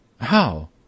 How